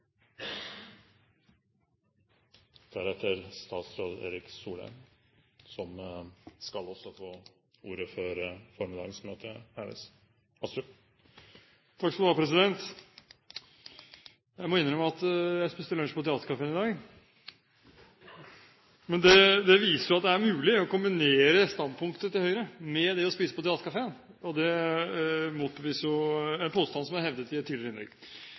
Deretter statsråd Erik Solheim, som også skal få ordet før vi tar pause. Jeg må innrømme at jeg spiste lunsj på Theatercaféen i dag. Det viser at det er mulig å kombinere standpunktet til Høyre med det å spise på Theatercaféen. Det motbeviser en påstand som er hevdet i et tidligere innlegg.